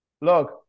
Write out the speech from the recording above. Look